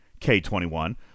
K21